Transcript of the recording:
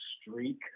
streak